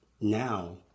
now